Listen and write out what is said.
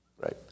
right